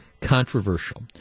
controversial